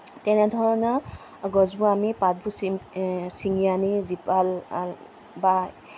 তেনে ধৰণৰ গছবোৰ আমি পাতবোৰ চিঙি আনি জীপাল বা